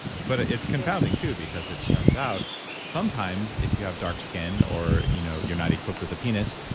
but it's confounding too because it turns out sometimes if you have dark skin or you know you're not equipped with a penis,